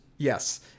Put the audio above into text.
Yes